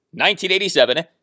1987